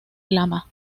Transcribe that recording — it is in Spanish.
lama